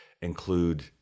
include